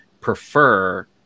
prefer